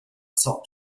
sought